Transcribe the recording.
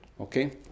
Okay